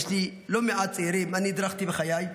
לא מעט צעירים הדרכתי בחיי,